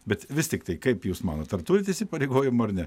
bet vis tiktai kaip jūs manot ar turit įsipareigojimų ar ne